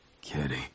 Kitty